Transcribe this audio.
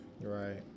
Right